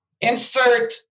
Insert